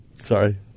Sorry